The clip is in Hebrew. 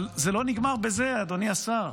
אבל זה לא נגמר בזה, אדוני השר.